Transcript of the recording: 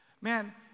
man